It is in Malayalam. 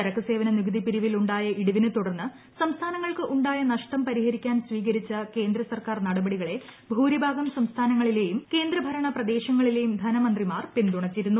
ചരക്ക് സേവന നികുതി പിരിവിൽ ഉണ്ടായ ഇടിവിനെ തുടർന്ന് സംസ്ഥാനങ്ങൾക്ക് ഉണ്ടായ നഷ്ടം പരിഹരിക്കാൻ സ്വീകരിച്ച കേന്ദ്ര സർക്കാർ നടപടികളെ ഭൂരിഭാഗം സംസ്ഥാനങ്ങളിലെയും കേന്ദ്രഭരണ പ്രദേശങ്ങളിലെയും ധനമന്ത്രിമാർ പിന്തുണച്ചിരുന്നു